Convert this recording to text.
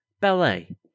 ballet